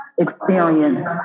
experience